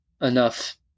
enough